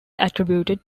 attributed